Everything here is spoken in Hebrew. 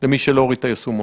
למי שלא הוריד את היישומון.